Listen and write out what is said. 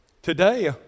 Today